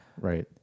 Right